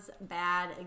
bad